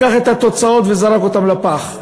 לקח את התוצאות וזרק אותן לפח.